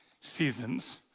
seasons